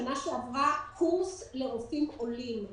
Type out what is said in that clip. בשנה שעברה קורס לרופאים עולים.